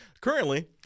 Currently